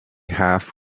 half